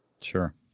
Sure